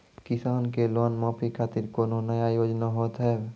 किसान के लोन माफी खातिर कोनो नया योजना होत हाव?